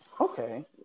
okay